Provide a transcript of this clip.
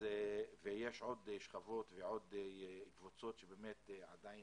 יש עוד שכבות ועוד קבוצות שעדין